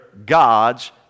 Gods